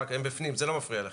העניין הוא --- לרגע חשדתי שלא.